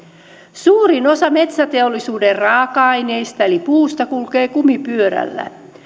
suurin osa metsäteollisuuden raaka aineista eli puusta kulkee kumipyörällä